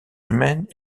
humaines